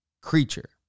creature